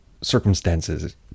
circumstances